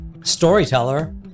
storyteller